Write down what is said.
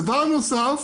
דבר נוסף,